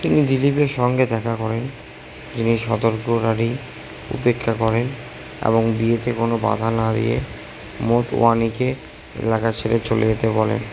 তিনি দিলীপের সঙ্গে দেখা করেন যিনি সতর্কতাটি উপেক্ষা করেন এবং বিয়েতে কোনও বাধা না দিয়ে মোতওয়ানিকে এলাকা ছেড়ে চলে যেতে বলেন